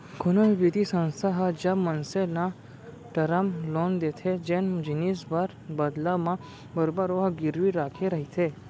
कोनो भी बित्तीय संस्था ह जब मनसे न टरम लोन देथे जेन जिनिस बर बदला म बरोबर ओहा गिरवी रखे रहिथे